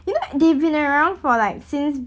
you know they've been around for like since